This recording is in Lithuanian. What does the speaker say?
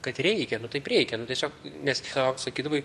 kad reikia nu taip reikia nu tiesiog nes tiesiog sakydavai